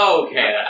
okay